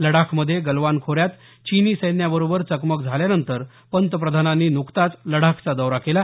लडाखमधे गलवान खोऱ्यात चीनी सैन्याबरोबर चकमक झाल्यानंतर पंतप्रधानांनी नुकताच लडाखचा दौरा केला